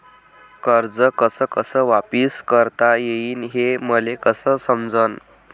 कर्ज कस कस वापिस करता येईन, हे मले कस समजनं?